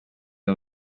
cyo